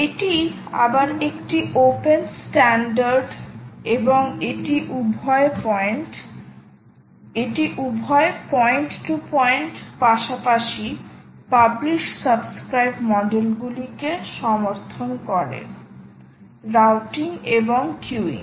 এটি আবার একটি ওপেন স্ট্যান্ডার্ড এবং এটি উভয় পয়েন্ট টু পয়েন্ট পাশাপাশি পাবলিশ সাবস্ক্রাইব মডেলগুলি কে সমর্থন করে রাউটিং এবং কুইউং